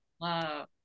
wow